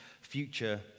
future